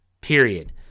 Period